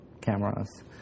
cameras